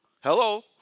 Hello